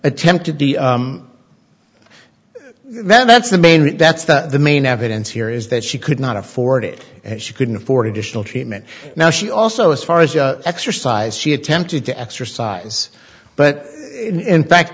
attempted to that's the main that's the main evidence here is the she could not afford it and she couldn't afford to treatment now she also as far as exercise she attempted to exercise but in fact